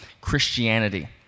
Christianity